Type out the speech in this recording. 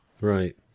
Right